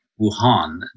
Wuhan